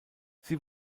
sie